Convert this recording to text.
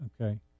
Okay